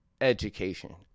education